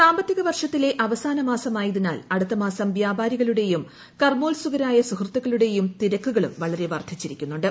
സാമ്പത്തിക വർഷത്തിലെ അവസാന ക്ട് മീഴ്സമായതിനാൽ അടുത്ത മാസം വ്യാപാരികളുടെയും ക്ർമ്മോത്സുകരായ സുഹൃത്തുക്കളുടെയും തിരക്കുകളും വളരെ വ്ർദ്ധിച്ചിരിക്കുന്നുണ്ട്